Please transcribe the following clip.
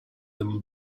them